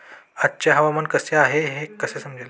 आजचे हवामान कसे आहे हे कसे समजेल?